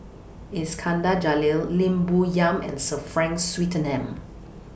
Iskandar Jalil Lim Bo Yam and Sir Frank Swettenham